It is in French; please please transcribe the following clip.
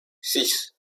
six